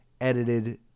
edited